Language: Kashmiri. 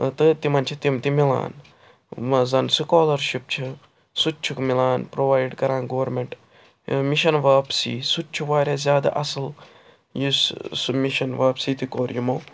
تہٕ تِمن چھِ تِم تہِ میلان زن سُکالرشِپ چھِ سُہ تہِ چھُکھ میلان پرٛووایِڈ کَران گورمِنٛٹ مِشَن واپسی سُہ تہِ چھُ واریاہ زیادٕ اَصٕل یُس سُہ سُہ مِشَن واپسی تہِ کوٚر یمو